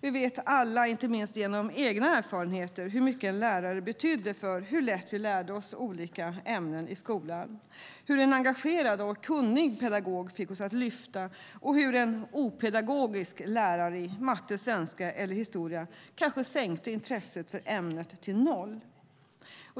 Vi vet alla, inte minst genom egna erfarenheter, hur mycket en lärare betydde för hur lätt vi lärde oss olika ämnen i skolan. En engagerad och kunnig pedagog fick oss att lyfta, och en opedagogisk lärare i matte, svenska eller historia sänkte kanske intresset för ämnet till noll.